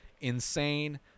insane